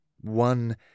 One